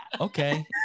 Okay